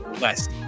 west